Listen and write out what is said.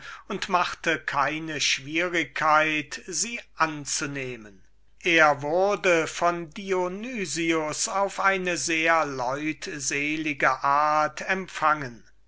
und machte keine schwierigkeit sie anzunehmen er erschien also vor dem dionys der ihn mitten unter seinen hofleuten auf eine sehr leutselige art empfing